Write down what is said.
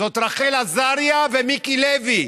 רחל עזריה ומיקי לוי.